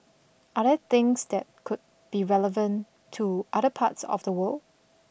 are there things that could be relevant to other parts of the world